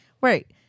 right